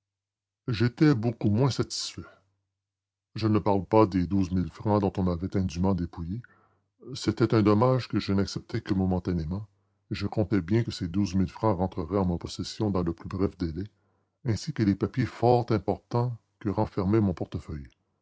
j'étais beaucoup moins satisfait je ne parle pas des douze mille francs dont on m'avait indûment dépouillé c'était un dommage que je n'acceptais que momentanément et je comptais bien que ces douze mille francs rentreraient en ma possession dans le plus bref délai ainsi que les papiers fort importants que renfermait mon portefeuille